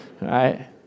Right